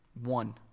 One